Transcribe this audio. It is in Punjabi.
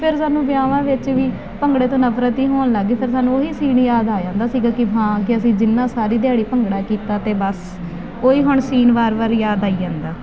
ਫਿਰ ਸਾਨੂੰ ਵਿਆਹਾਂ ਵਿੱਚ ਵੀ ਭੰਗੜੇ ਤੋਂ ਨਫਰਤ ਹੀ ਹੋਣ ਲੱਗ ਗਈ ਫਿਰ ਸਾਨੂੰ ਉਹੀ ਸੀਨ ਯਾਦ ਆ ਜਾਂਦਾ ਸੀਗਾ ਕਿ ਹਾਂ ਕਿ ਅਸੀਂ ਜਿੰਨਾ ਸਾਰੀ ਦਿਹਾੜੀ ਭੰਗੜਾ ਕੀਤਾ ਅਤੇ ਬਸ ਓਹੀ ਹੁਣ ਸੀਨ ਵਾਰ ਵਾਰ ਯਾਦ ਆਈ ਜਾਂਦਾ